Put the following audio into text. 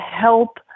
help